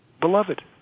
beloved